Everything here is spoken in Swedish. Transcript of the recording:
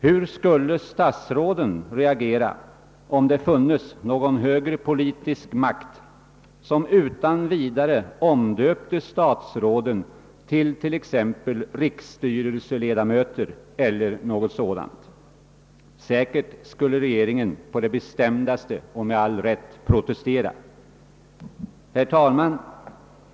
Hur skulle statsråden reagera, om det funnes någon högre politisk makt som utan vidare omdöpte dem till t.ex. riksstyrelseledamöter eller något sådant? Säkerligen skulle regeringen på det bestämdaste — och med all rätt — protestera. Herr talman!